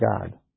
God